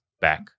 back